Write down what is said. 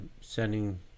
sending